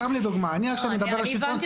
אני מדבר על השלטון